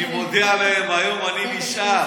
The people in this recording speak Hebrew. אני מודיע להם: היום אני נשאר.